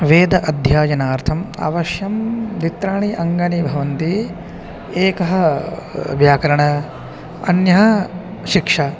वेदाध्ययनार्थम् अवश्यं मित्राणि अङ्गानि भवन्ति एकं व्याकरणम् अन्यं शिक्षा